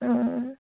অঁ